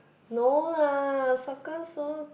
no lah socken song